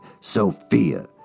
Sophia